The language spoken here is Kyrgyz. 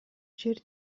жер